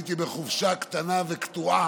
כשהייתי בצפון בחופשה קטנה וקטועה,